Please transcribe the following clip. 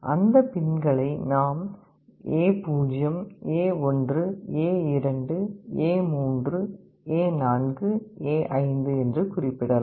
அந்த பின்களை நாம் ஏ0 ஏ1 ஏ2 ஏ3 ஏ4 ஏ5 என்று குறிப்பிடலாம்